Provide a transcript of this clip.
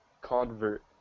convert